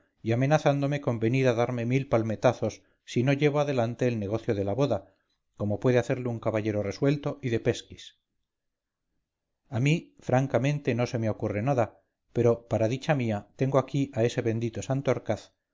y amenazándome con venir a darme mil palmetazos si no llevo adelante el negocio de la boda como puede hacerlo un caballero resuelto y de pesquis a mí francamente no se me ocurre nada pero para dicha mía tengo ahí a ese bendito